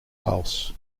laos